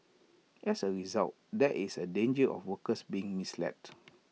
as A result there is A danger of workers being misled